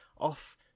Off